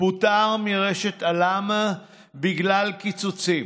פוטר מרשת א.ל.מ בגלל קיצוצים,